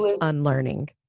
unlearning